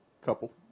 Couple